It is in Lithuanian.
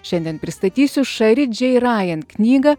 šiandien pristatysiu šari džei rajan knygą